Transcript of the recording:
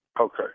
Okay